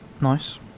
Nice